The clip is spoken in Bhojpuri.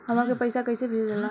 हमन के पईसा कइसे भेजल जाला?